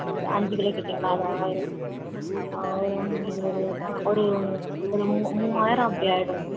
உங்களுக்கு அஞ்சு கிலோ கேட்டீங்களா அது ஆயிரம் ஆயிரம் இது ஒருனா ஒரு ஒரு மூ மூவாயிரம் அப்படி ஆகிடும்